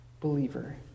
believer